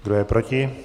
Kdo je proti?